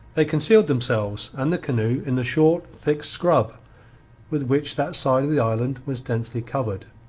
they concealed themselves and the canoe in the short thick scrub with which that side of the island was densely covered,